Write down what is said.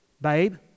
Babe